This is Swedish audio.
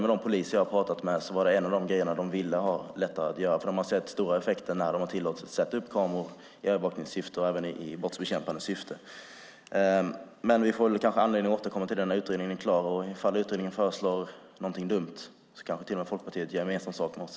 De poliser jag har talat med sade att detta var något de ville få lättare att göra, för de har sett stora effekter när de har tillåtits sätta upp kameror i övervakningssyfte och i brottsbekämpande syfte. Vi får väl anledning att återkomma till detta när utredningen är klar. Om utredningen föreslår någonting dumt kanske till och med Folkpartiet gör gemensam sak med oss.